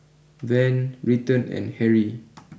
Van Britton and Harry